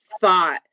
thought